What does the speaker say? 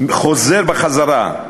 חוזר בחזרה,